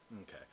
Okay